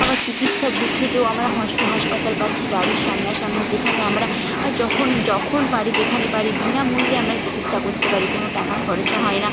আবার চিকিৎসার দিক থেকেও আমরা হাসপাতাল পাচ্ছি বাড়ির সামনাসামনি যেখানে আমরা যখন যখন পারি যেখানে পারি বিনামূল্যে আমরা চিকিৎসা করতে পারি কোনো টাকা খরচও হয় না